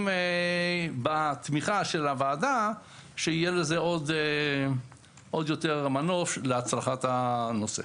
בתמיכה של הוועדה שיהיה לזה עוד יותר מנוף להצלחת הנושא.